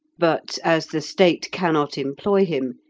but as the state cannot employ him,